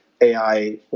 AI